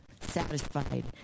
satisfied